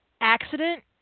accident